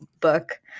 book